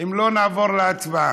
אם לא, נעבור להצבעה.